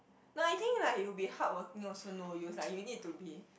no I think like you be hardworking also no use lah you need to be